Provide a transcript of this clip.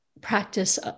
practice